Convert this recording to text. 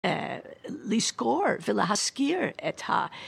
לזכור, ולהשכיר את ה...